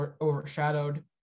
overshadowed